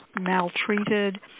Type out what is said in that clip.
maltreated